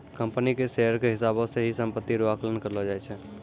company के share के हिसाबौ से ही सम्पत्ति रो आकलन करलो जाय छै